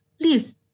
Please